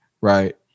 right